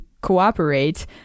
cooperate